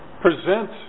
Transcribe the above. present